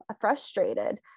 frustrated